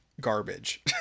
garbage